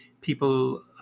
people